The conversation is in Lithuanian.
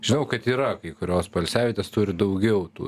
žinau kad yra kai kurios poilsiavietės turi daugiau tų